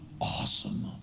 awesome